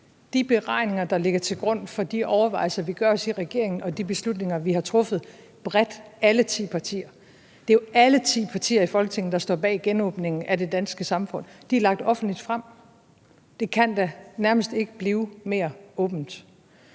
De beregninger, der ligger til grund for de overvejelser, vi gør os i regeringen, og de beslutninger, vi har truffet bredt, alle ti partier – det er jo alle ti partier i Folketinget, der står bag genåbningen af det danske samfund – er lagt offentligt frem. Det kan da nærmest ikke blive mere åbent.